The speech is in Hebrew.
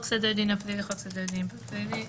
סדר הדין הפלילי" חוק סדר הדין הפלילי ,